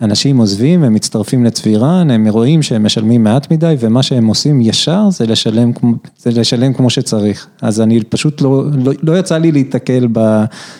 אנשים עוזבים, הם מצטרפים לצבי רן, הם רואים שהם משלמים מעט מדי ומה שהם עושים ישר, זה לשלם כמו שצריך, אז אני פשוט, לא יצא לי להתקל ב...